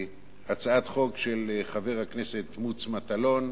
הצעת חוק של חבר הכנסת מוץ מטלון,